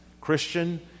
Christian